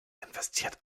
investiert